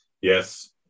Yes